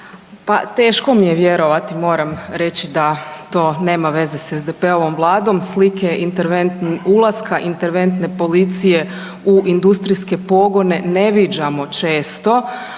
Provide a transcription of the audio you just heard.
Pa teško mi je vjerovat, moram reći da to nema veze s SDP-ovom vladom. Slike ulaska interventne policije u industrijske pogone ne viđamo često,